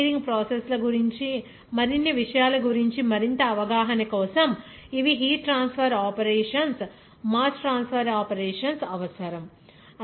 chemical engineering process ల గురించి మరిన్ని విషయాల గురించి మరింత అవగాహన కోసం ఇవి heat transfer operations mass transfer operations అవసరం